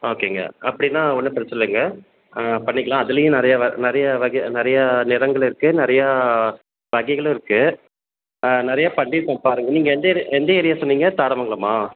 ஓகேங்க அப்படின்னா ஒன்றும் பிரச்சன இல்லைங்க பண்ணிக்கலாம் அதுலையும் நிறையா வ நிறையா வகை நிறையா நிறங்கள் இருக்கு நிறையா வகைகளும் இருக்கு நிறையா பண்ணிருக்கோம் பாருங்கள் நீங்கள் எந்த ஏரியா எந்த ஏரியா சொன்னீங்க தாராமங்கலமா